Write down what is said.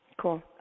Cool